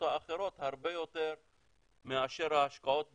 האחרות הרבה יותר מאשר ההשקעות בחו"ל.